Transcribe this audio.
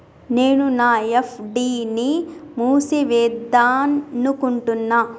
నేను నా ఎఫ్.డి ని మూసివేద్దాంనుకుంటున్న